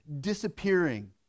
disappearing